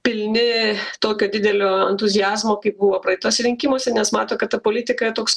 pilni tokio didelio entuziazmo kaip buvo praeituose rinkimuose nes mato kad ta politika toks